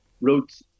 wrote